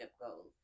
goals